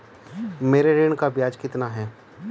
मेरे ऋण का ब्याज कितना है?